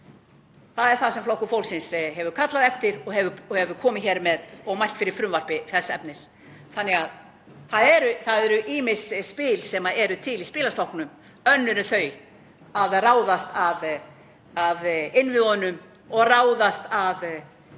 Það er það sem Flokkur fólksins hefur kallað eftir og hefur mælt fyrir frumvarpi þess efnis. Það eru ýmis spil til í spilastokknum önnur en þau að ráðast að innviðunum og ráðast að